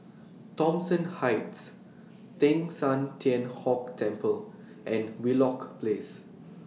Thomson Heights Teng San Tian Hock Temple and Wheelock Place